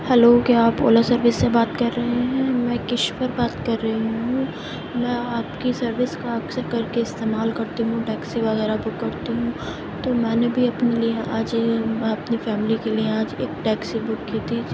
hello کیا آپ Ola service سے بات کر رہے ہیں میں کشور بات کر رہی ہوں میں آپ کی سروس کا اکثر کر کے استعمال کرتی ہوں ٹیکسی وغیرہ بک کرتی ہوں تو میں نے بھی اپنے لیے آج اپنی فیملی کے لیے آج ایک ٹیکسی بک کی تھی